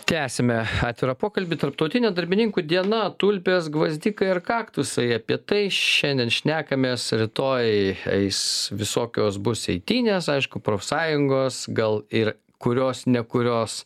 tęsiame atvirą pokalbį tarptautinė darbininkų diena tulpės gvazdikai ar kaktusai apie tai šiandien šnekamės rytoj eis visokios bus eitynės aišku profsąjungos gal ir kurios ne kurios